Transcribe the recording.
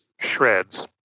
shreds